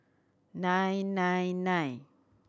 nine nine nine